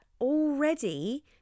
already